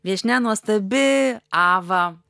viešnia nuostabi ava